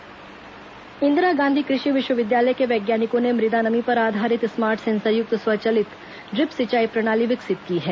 कृषि विवि सिंचाई प्रणाली इंदिरा गांधी कृषि विश्वविद्यालय के वैज्ञानिकों ने मृदा नमी पर आधारित स्मार्ट सेंसर युक्त स्वचलित ड्रिप सिंचाई प्रणाली विकसित की है